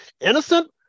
innocent